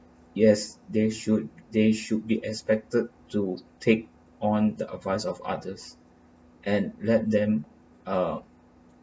yes they should they should be expected to take on the advice of others and let them uh